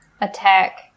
attack